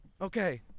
Okay